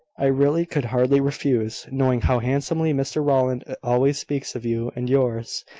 i really could hardly refuse, knowing how handsomely mr rowland always speaks of you and yours,